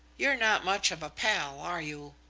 you're not much of a pal, are you?